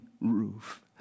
roof